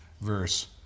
verse